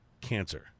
cancer